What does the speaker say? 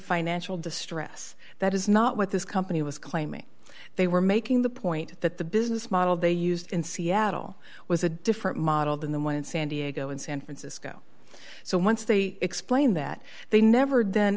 financial distress that is not what this company was claiming they were making the point that the business model they used in seattle was a different model than the one in san diego and san francisco so once they explained that they never